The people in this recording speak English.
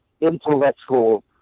intellectual